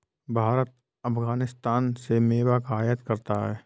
भारत अफगानिस्तान से मेवा का आयात करता है